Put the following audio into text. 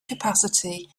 capacity